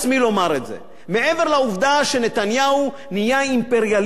מעבר לעובדה שנתניהו נהיה אימפריאליסט של תקשורת,